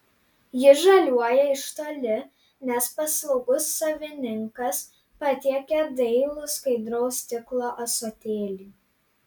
jis žaliuoja iš toli nes paslaugus savininkas patiekia dailų skaidraus stiklo ąsotėlį